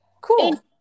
Cool